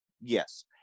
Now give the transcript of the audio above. yes